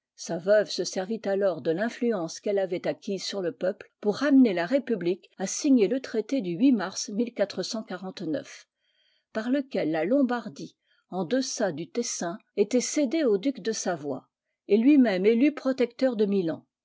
sa veuve se servit alors de l'influence qu'elle avait acquise sur le peuple pour amener la république à signer le traité du mars par lequel la lombardie en deçà du tessin était cédée au duc de savoie et lui-même élu protecteur de milan